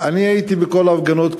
אני הייתי בכל ההפגנות,